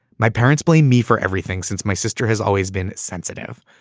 my parents blame me for everything, since my sister has always been sensitive.